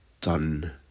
done